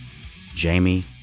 Jamie